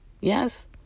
Yes